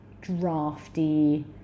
drafty